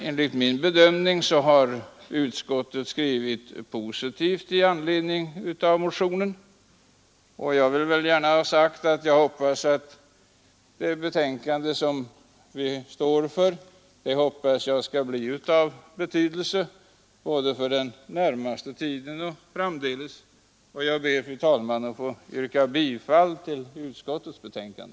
Enligt min bedömning har utskottet skrivit positivt i anledning av motionen, och jag vill gärna säga att jag hoppas att vårt betänkande skall bli av betydelse både för den närmaste tiden och framdeles. Jag ber, fru talman, att få yrka bifall till utskottets förslag.